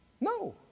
No